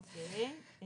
יש